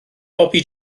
bobi